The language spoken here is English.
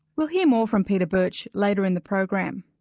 we'll hear more from peter burch later in the program.